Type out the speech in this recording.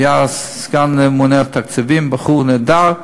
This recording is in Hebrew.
הוא היה סגן הממונה על התקציבים, בחור נהדר,